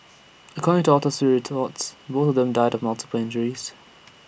according to autopsy reports both of them died multiple injuries